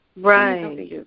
Right